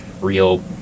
real